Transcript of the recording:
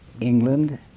England